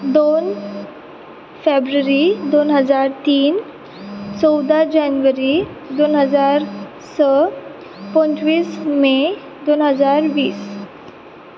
दोन फेब्रुवरी दोन हजार तीन चवदा जनवरी दोन हजार स पंचवीस मे दोन हजार वीस